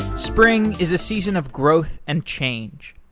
spring is a season of growth and change.